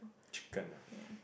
chicken ah